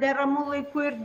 deramu laiku ir